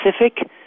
specific